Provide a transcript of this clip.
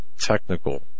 technical